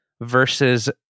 versus